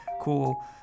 cool